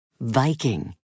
Viking